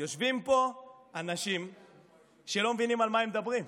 יושבים פה אנשים שלא מבינים על מה הם מדברים.